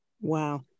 wow